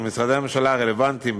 על משרדי הממשלה הרלוונטיים,